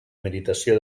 meritació